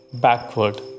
backward